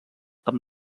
amb